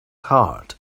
heart